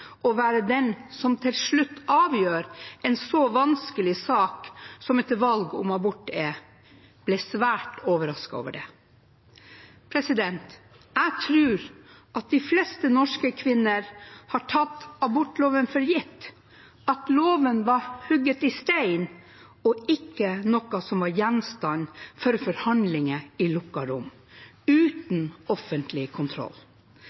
og være den som til slutt avgjør en så vanskelig sak som et valg om abort er, ble svært overrasket over det. Jeg tror de fleste norske kvinner har tatt abortloven for gitt, at loven var «hugget i stein» og ikke noe som var gjenstand for forhandlinger i lukkede rom, uten offentlig kontroll.